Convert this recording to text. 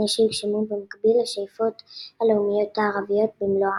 בתנאי שיוגשמו במקביל השאיפות הלאומיות הערביות במלואן.